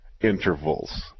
intervals